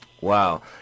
Wow